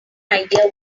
idea